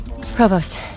Provost